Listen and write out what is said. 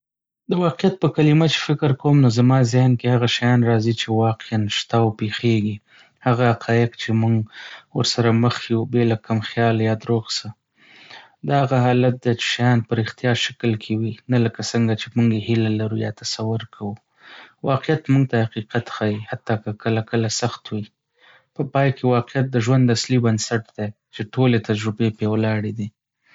د واقعیت په کلمه چې فکر کوم، نو زما ذهن کې هغه شیان راځي چې واقعا شته او پېښیږي. هغه حقایق چې موږ ورسره مخ یو، بې له کوم خیال یا دروغ څخه. دا هغه حالت دی چې شیان په ریښتیا شکل کې وي، نه لکه څنګه چې موږ یې هیله لرو یا تصور کوو. واقعیت موږ ته حقیقت ښيي، حتی که کله کله سخت وي. په پای کې، واقعیت د ژوند اصلي بنسټ دی چې ټولې تجربې پرې ولاړې دي.